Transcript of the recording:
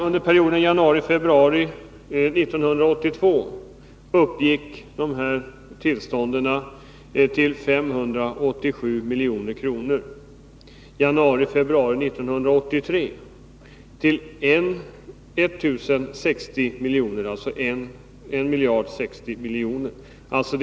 Under perioden januari-februari 1982 uppgick värdet av tillstånden till 587 miljoner. Januari-februari 1983 uppgick värdet av tillstånden till 1 060 milj.kr.